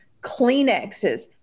Kleenexes